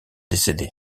décédé